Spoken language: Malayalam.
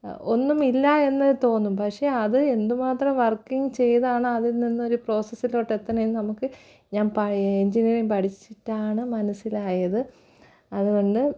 ഒന്നുമില്ല എന്ന് തോന്നും പക്ഷെ അത് എന്തുമാത്രം വർക്കിംഗ് ചെയ്താണ് അതിന്നിന്നൊരു പ്രോസസ്സിലോട്ട് എത്തണതെന്ന് നമുക്ക് ഞാൻ എഞ്ചിനീയറിംഗ് പഠിച്ചിട്ടാണ് മനസ്സിലായത് അതുകൊണ്ട്